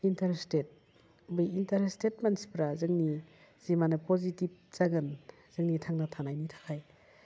interested बे interested मानसिफ्रा जोंनि जि माने पजिटिभ जागोन जोंनि थांना थानायनि थाखाय